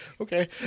Okay